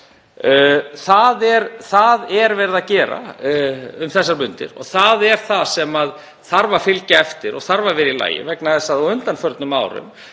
Það er verið að gera um þessar mundir og það er það sem þarf að fylgja eftir og þarf að vera í lagi vegna þess að á undanförnum árum